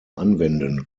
anwenden